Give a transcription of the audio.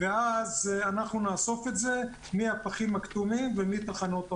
ואז אנחנו נאסוף את זה מהפחים הכתומים ומתחנות המעבר.